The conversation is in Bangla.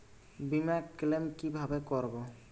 বিমা ক্লেম কিভাবে করব?